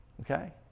Okay